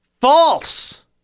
false